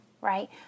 right